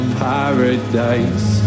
paradise